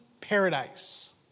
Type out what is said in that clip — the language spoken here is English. paradise